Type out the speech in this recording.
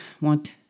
want